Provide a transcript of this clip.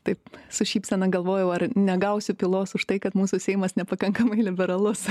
taip su šypsena galvojau ar negausiu pylos už tai kad mūsų seimas nepakankamai liberalus